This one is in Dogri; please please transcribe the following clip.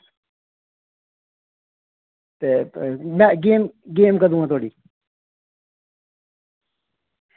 ते इ'यां गेम गेम कदूं ऐ थुआढ़ी